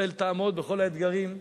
ישראל תעמוד בכל האתגרים.